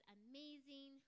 amazing